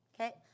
Okay